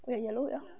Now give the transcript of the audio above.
ya yellow ya